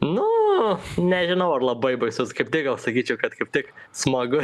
nu nežinau ar labai baisus kaip tik gal sakyčiau kad kaip tik smagu